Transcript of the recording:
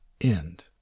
end